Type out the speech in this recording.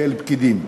כאל פקידים.